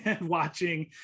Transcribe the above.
watching